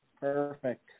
Perfect